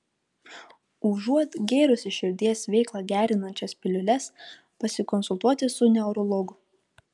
užuot gėrusi širdies veiklą gerinančias piliules pasikonsultuoti su neurologu